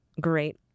great